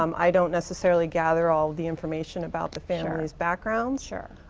um i don't necessarily gather all the information about the families backgrounds. sure.